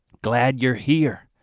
glad you're here,